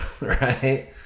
right